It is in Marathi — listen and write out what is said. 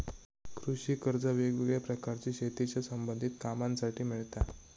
कृषि कर्जा वेगवेगळ्या प्रकारची शेतीच्या संबधित कामांसाठी मिळता